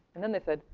and then they said,